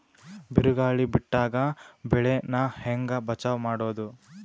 ಬಿರುಗಾಳಿ ಬಿಟ್ಟಾಗ ಬೆಳಿ ನಾ ಹೆಂಗ ಬಚಾವ್ ಮಾಡೊದು?